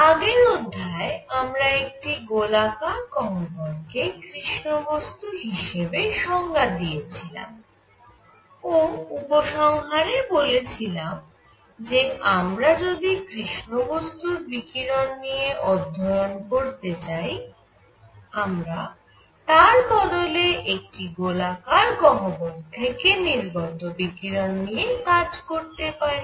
আগের অধ্যায়ে আমরা একটি গোলাকার গহ্বর কে কৃষ্ণ বস্তু হিসেবে সংজ্ঞা দিয়েছিলাম ও উপসংহারে বলেছিলাম যে আমরা যদি কৃষ্ণ বস্তুর বিকিরণ নিয়ে অধ্যয়ন করতে চাই আমরা তার বদলে একটি গোলাকার গহ্বর থেকে নির্গত বিকিরণ নিয়ে কাজ করতে পারি